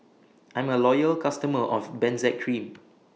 I'm A Loyal customer of Benzac Cream